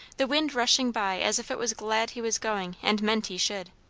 the wind rushing by as if it was glad he was going and meant he should.